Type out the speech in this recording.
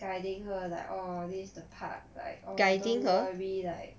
guiding her like orh this the park like oh don't worry like